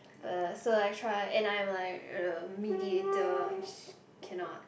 uh so I try and I'm like a mediator cannot